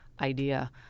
Idea